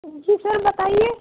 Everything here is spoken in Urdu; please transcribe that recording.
جی سر بتائیے